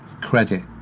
credit